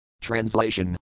Translation